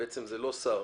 בעצם זה לא שר.